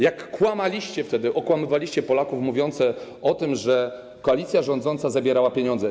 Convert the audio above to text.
Jak kłamaliście wtedy, okłamywaliście Polaków, mówiąc o tym, że koalicja rządząca zabierała pieniądze.